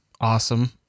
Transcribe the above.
awesome